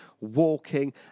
walking